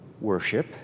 worship